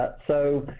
so